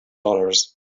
dollars